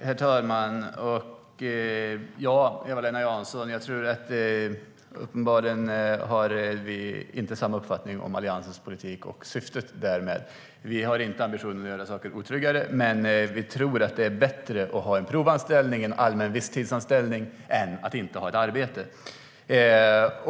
Herr talman! Uppenbarligen har Eva-Lena Jansson och jag inte samma uppfattning om Alliansens politik och syftet därmed. Vi har inte ambitionen att göra saker otryggare, men vi tror att det är bättre att ha en provanställning, en allmän visstidsanställning, än att inte ha ett arbete.